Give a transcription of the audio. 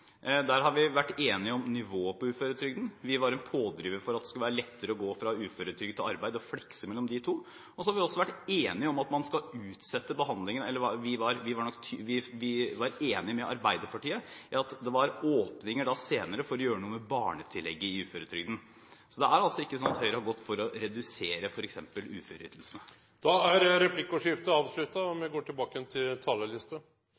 Vi var en pådriver for at det skulle være lettere å gå fra uføretrygd til arbeid og å flekse mellom de to. Vi var enige med Arbeiderpartiet om å ha åpninger for senere å gjøre noe med barnetillegget i uføretrygden. Det er altså ikke slik at Høyre har gått inn for å redusere f.eks. uføreytelsen. Replikkordskiftet er omme. Det som skjer i arbeidslivet, er utrolig viktig for fordelingen av både makt og penger i Norge. Derfor er SV så opptatt av at vi greier å beholde et velordnet arbeidsliv der vi har